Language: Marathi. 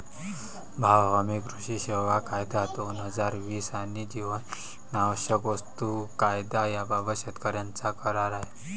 भाव हमी, कृषी सेवा कायदा, दोन हजार वीस आणि जीवनावश्यक वस्तू कायदा याबाबत शेतकऱ्यांचा करार आहे